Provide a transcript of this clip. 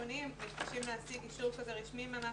חיוניים ולפעמים הם מתקשים להשיג אישור רשמי מהמעסיק.